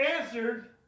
answered